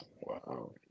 Wow